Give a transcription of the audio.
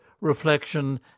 reflection